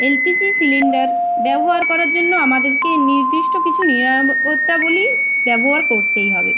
LPG cylinder ব্যবহার করার জন্য আমাদেরকে নির্দিষ্ট কিছু নিয়মাবলি ব্যবহার করতেই হবে